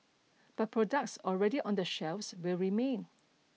but products already on the shelves will remain